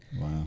Wow